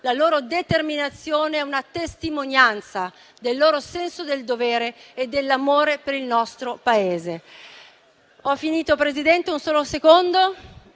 La loro determinazione è una testimonianza del loro senso del dovere e dell'amore per il nostro Paese.